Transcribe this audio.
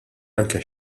anke